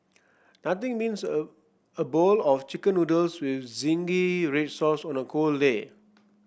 nothing beats a a bowl of chicken noodles with zingy red sauce on a cold day